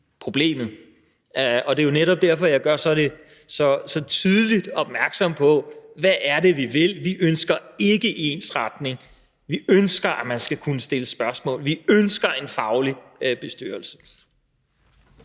Det er jo netop derfor, at jeg gør så tydeligt opmærksom på, hvad det er, vi vil. Vi ønsker ikke ensretning; vi ønsker, at man skal kunne stille spørgsmål. Vi ønsker en faglig bestyrelse.